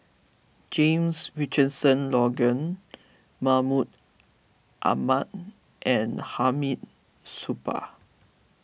James Richardson Logan Mahmud Ahmad and Hamid Supaat